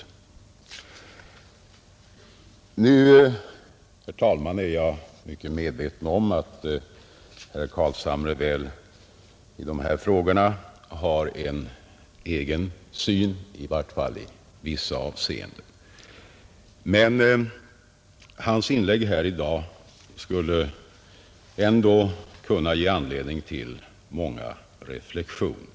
Jag är, herr talman, medveten om att herr Carlshamre väl har en egen syn på dessa frågor, i varje fall i vissa avseenden. Men hans inlägg här i dag skulle ändå kunna ge anledning till många reflexioner.